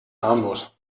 harmlos